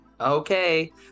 Okay